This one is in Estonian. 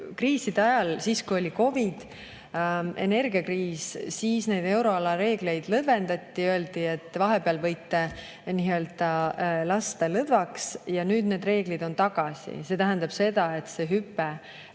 Kriiside ajal, kui oli COVID ja energiakriis, siis euroala reegleid lõdvendati, öeldi, et vahepeal võite nii-öelda lasta lõdvaks. Nüüd on need reeglid tagasi. See tähendab seda, et see hüpe